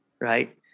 right